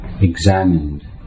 examined